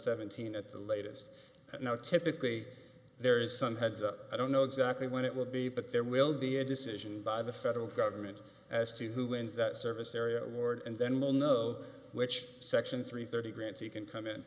seventeen at the latest now typically there is some heads up i don't know exactly when it will be but there will be a decision by the federal government as to who wins that service area ward and then we'll know which section three thirty grants he can come in